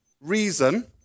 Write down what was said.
reason